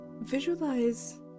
visualize